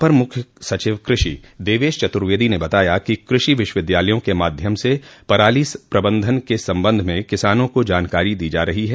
अपर मुख्य सचिव कृषि देवेश चतुर्वेदी ने बताया कि कृषि विश्वविद्यालयों के माध्यम से पराली प्रबंधन के संबंध में किसानों को जानकारी दी जा रही ह